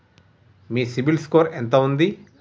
మీ CIBIL score ఎంత ఉంది?